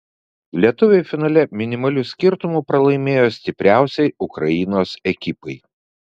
lietuviai finale minimaliu skirtumu pralaimėjo stipriausiai ukrainos ekipai